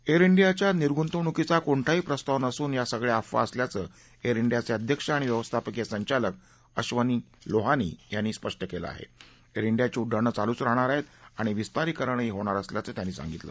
air इंडियाच्या निर्गुतवणुकीचा कोणताही प्रस्ताव नसून या सगळ्या अफवा असल्याचं एअर इंडियाच ्ञिध्यक्ष आणि व्यवस्थापकीय संचालक अब्बनी लोहानी यांनी स्पष्ट कळि आह पिअर इंडियाची उड्डाणं चालूच राहणार आहेत आणि विस्तारीकरणही होणार असल्याचं त्यांनी सांगितलं